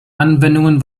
anwendungen